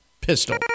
pistol